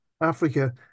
Africa